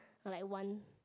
or like one